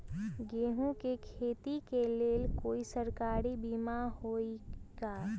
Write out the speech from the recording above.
गेंहू के खेती के लेल कोइ सरकारी बीमा होईअ का?